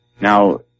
now